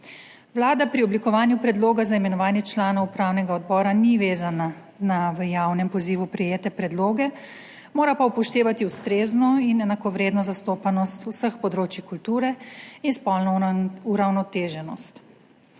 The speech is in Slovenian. Vlada pri oblikovanju predloga za imenovanje članov upravnega odbora ni vezana na javnem pozivu prejete predloge, mora pa upoštevati ustrezno in enakovredno zastopanost vseh področij kulture in spolno uravnoteženost.